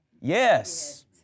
Yes